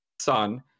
son